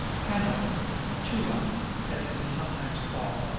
hano, or tewa as it is sometimes called,